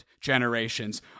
generations